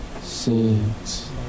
six